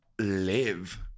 live